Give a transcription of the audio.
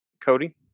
Cody